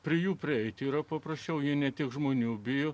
prie jų prieiti yra paprasčiau jie ne tik žmonių bijo